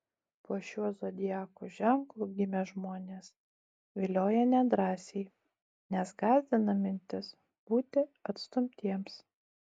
po šiuo zodiako ženklu gimę žmonės vilioja nedrąsiai nes gąsdina mintis būti atstumtiems